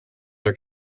are